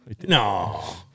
No